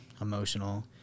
emotional